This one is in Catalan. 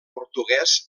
portuguès